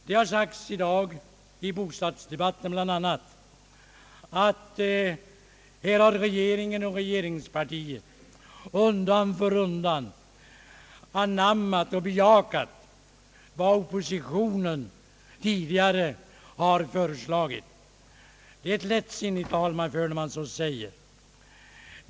Det har sagts i dag, bl.a. i bostadsdebatten, att regeringen och regeringspartiet undan för undan har anammat och bejakat vad oppositionen tidigare har föreslagit. Det är ett lättsinnigt tal man för när man säger så.